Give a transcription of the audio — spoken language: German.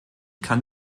kann